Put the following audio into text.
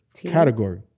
category